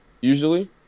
usually